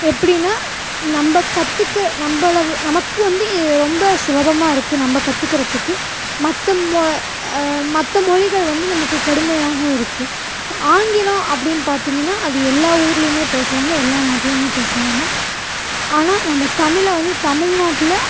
எப்படின்னா நம்ம கற்றுக்க நம்மள நமக்கு வந்து ரொம்ப சுலபமாக இருக்குது நம்ம கற்றுக்குறதுக்கு மற்ற மற்ற மொழிகள் வந்து நமக்குக் கடுமையாக இருக்குது ஆங்கிலம் அப்படின்னு பார்த்திங்கன்னா அது எல்லா ஊருலேயுமே பேசுகிறாங்க எல்லா நாட்டுலேயுமே பேசுகிறாங்க ஆனால் நம்ம தமிழில் வந்து தமிழ்நாட்டில்